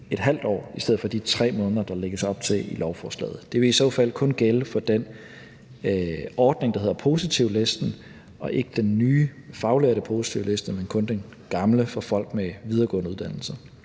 op til ½ år i stedet for de 3 måneder, der lægges op til i lovforslaget. Det vil i så fald kun gælde for den ordning, der hedder positivlisten, og ikke den nye faglærtepositivliste, men kun den gamle for folk med videregående uddannelser.